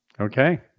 okay